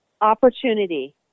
opportunity